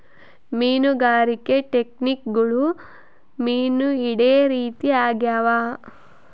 ಮೀನುಗಾರಿಕೆ ಟೆಕ್ನಿಕ್ಗುಳು ಮೀನು ಹಿಡೇ ರೀತಿ ಆಗ್ಯಾವ